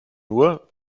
nur